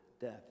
death